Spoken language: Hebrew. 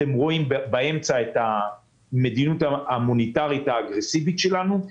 אתם רואים באמצע את המדיניות המוניטרית האגרסיבית שלנו.